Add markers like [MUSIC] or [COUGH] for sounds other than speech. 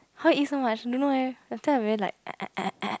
how you eat so much don't know eh after I very like [NOISE]